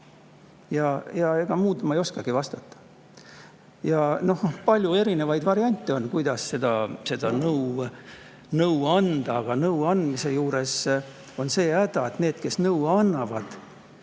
Ega ma muud ei oskagi vastata. On palju erinevaid variante, kuidas nõu anda, aga nõu andmise juures on see häda, et need, kes nõu annavad,